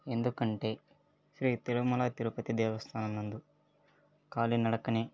ఎందుకంటే శ్రీ తిరుమల తిరుపతి దేవస్థానం నందు కాళీ నడకనే